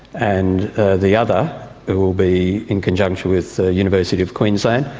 and the other will be in conjunction with the university of queensland,